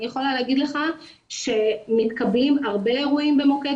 אני יכולה להגיד לך שמתקבלים הרבה אירועים במוקד